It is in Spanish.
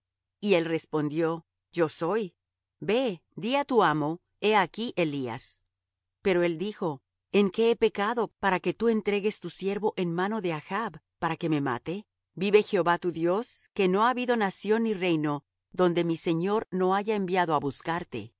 y él respondió yo soy ve di á tu amo he aquí elías pero él dijo en qué he pecado para que tú entregues tu siervo en mano de achb para que me mate vive jehová tu dios que no ha habido nación ni reino donde mi señor no haya enviado á buscarte y